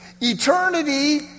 Eternity